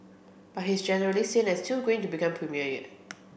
but he's generally seen as too green to become premier yet